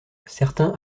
certains